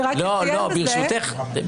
לא, ברשותך.